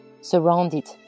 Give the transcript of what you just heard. surrounded